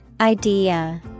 Idea